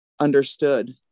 understood